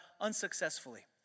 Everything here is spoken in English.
unsuccessfully